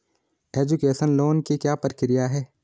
Education loan की क्या प्रक्रिया है?